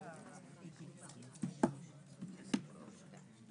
תודה רבה.